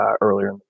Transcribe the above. earlier